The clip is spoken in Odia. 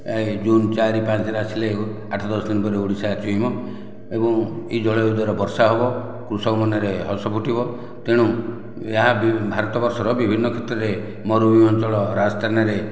ଏହି ଜୁନ ଚାରି ପାଞ୍ଚରେ ଆସିଲେ ଆଠ ଦଶ ଦିନ ପରେ ଓଡ଼ିଶା ଛୁଇଁବ ଏବଂ ଏହି ଜଳବାୟୁ ଦ୍ୱାରା ବର୍ଷା ହେବ କୃଷକ ମନରେ ହସ ଫୁଟିବ ତେଣୁ ଏହା ଭାରତ ବର୍ଷର ବିଭିନ୍ନ କ୍ଷେତ୍ରରେ ମରୁଭୂମି ଅଞ୍ଚଳ ରାଜସ୍ଥାନରେ